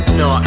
no